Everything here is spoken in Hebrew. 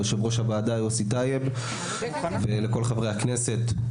יושב ראש הוועדה יוסי טייב ולכל חברי הכנסת,